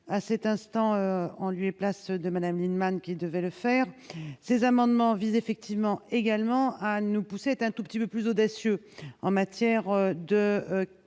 à cet instant en lui place de Madame Lienemann qui devait le faire ces amendements visent effectivement également à nous pousser est un tout petit peu plus audacieux en matière de